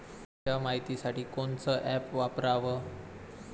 हवामान खात्याच्या मायतीसाठी कोनचं ॲप वापराव?